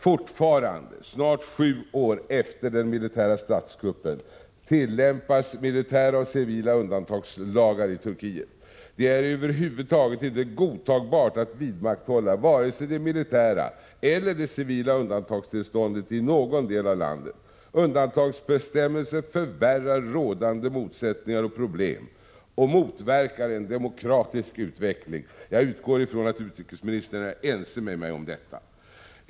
Fortfarande — snart sju år efter den militära statskuppen — tillämpas militära och civila undantagslagar i Turkiet. Det är över huvud taget inte godtagbart att vidmakthålla vare sig det militära eller det civila undantagstillståndet i någon del av landet. Undantagsbestämmelser förvärrar rådande motsättningar och problem och motverkar en demokratisk utveckling. Jag utgår ifrån att utrikesministern är ense med mig om detta.